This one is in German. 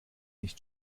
nicht